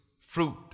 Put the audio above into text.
fruit